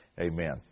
Amen